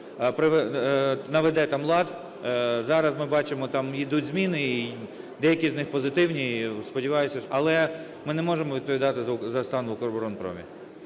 наведе там лад. Зараз ми бачимо, там йдуть зміни, і деякі з них позитивні, і сподіваюсь… Але ми не можемо відповідати за стан в "Укроборонпромі".